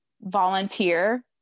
volunteer